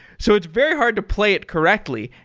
so it's very hard to play it correctly.